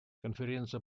конференция